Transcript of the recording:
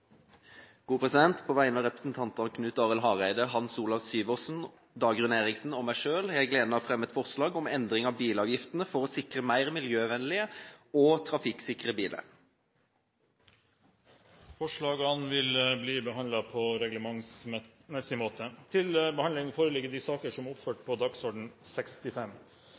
På vegne av representantene Knut Arild Hareide, Hans Olav Syversen, Dagrun Eriksen og meg selv har jeg gleden av å fremme et forslag om endring av bilavgiftene for å sikre mer miljøvennlige og trafikksikre biler. Forslagene vil bli behandlet på reglementsmessig måte. Før sakene på dagens kart tas opp til behandling,